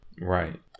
Right